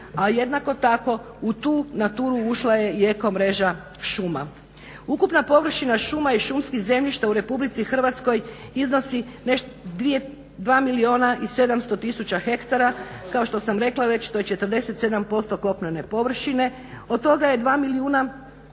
a jednako tako u tu NATURA-u ušla je i eko mreža šuma. Ukupna površina šuma i šumskih zemljišta u Republici Hrvatskoj iznosi 2 milijuna i 700000 ha. Kao što sam rekla već to je 47% kopnene površine. Od toga je 2 milijuna